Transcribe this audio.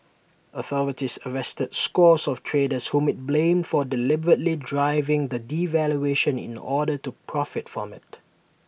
authorities arrested scores of traders whom IT blamed for deliberately driving the devaluation in order to profit from IT